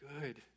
good